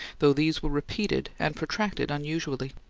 though these were repeated and protracted unusually.